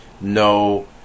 no